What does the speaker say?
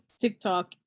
TikTok